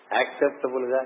acceptable